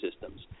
systems